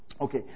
Okay